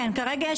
כרגע זה הנוסח.